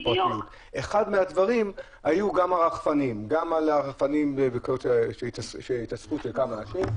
אחד מהדברים היה הרחפנים וכן עוד דברים.